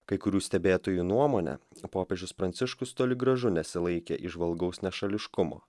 kai kurių stebėtojų nuomone popiežius pranciškus toli gražu nesilaikė įžvalgaus nešališkumo